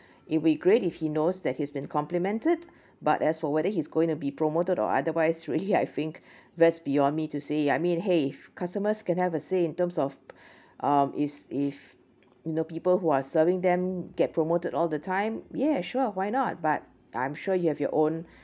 it'd be great if he knows that he's been complimented but as for whether he's going to be promoted or otherwise really I think that's beyond me to say I mean !hey! customers can have a say in terms of um is if you know people who are serving them get promoted all the time yeah sure why not but I'm sure you have your own